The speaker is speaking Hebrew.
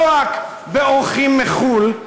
לא רק באורחים מחו"ל,